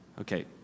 Okay